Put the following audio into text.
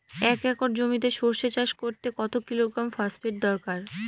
এক একর জমিতে সরষে চাষ করতে কত কিলোগ্রাম ফসফেট দরকার?